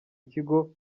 kigo